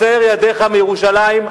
הסר ידיך מירושלים,